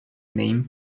name